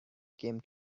came